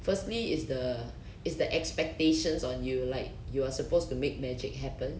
firstly is the is the expectations on you like you are supposed to make magic happen